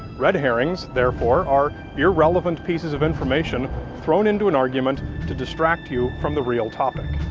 red herrings, therefore, are irrelevant pieces of information thrown into an argument to distract you from the real topic.